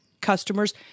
customers